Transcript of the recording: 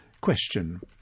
Question